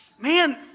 man